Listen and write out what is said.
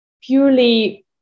purely